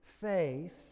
faith